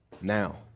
now